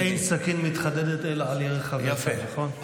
אין סכין מתחדדת אלא בירך חברתה, נכון?